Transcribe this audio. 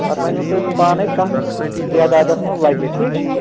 پَتہٕ وَنِوٕ تۄہہِ سُہ پانَے کَتھ تعدادَس منٛز لَگہِ ٹھیٖک چھا